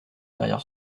derrière